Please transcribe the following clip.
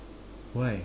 why